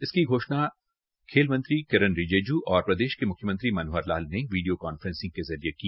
इसकी घोषणा आज खेल मंत्री किरेन रीजेजू और प्रदेश के मुख्यमंत्री मनोहर लाल ने वीडियो कांफ्रेसिंग के जरिये की